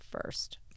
first